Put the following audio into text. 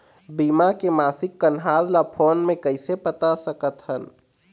बीमा के मासिक कन्हार ला फ़ोन मे कइसे पता सकत ह?